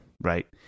right